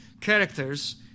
characters